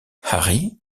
harry